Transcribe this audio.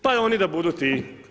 Pa oni da budu ti.